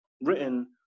written